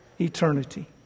eternity